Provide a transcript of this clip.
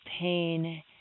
pain